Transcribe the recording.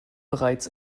bereits